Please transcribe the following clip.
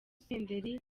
senderi